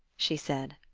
she said.